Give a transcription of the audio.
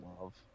love